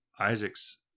Isaac's